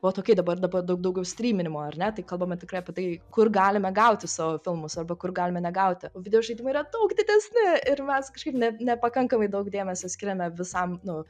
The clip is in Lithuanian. vat okei dabar dabar daug daugiau stryminimo ar ne tai kalbame tikrai apie tai kur galime gauti savo filmus arba kur galime negauti o videožaidimai yra daug didesni ir mes kažkaip ne nepakankamai daug dėmesio skiriame visam nu